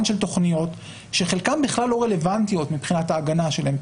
של תכניות שחלקן בכלל לא רלוונטיות מבחינת ההגנה שלהן,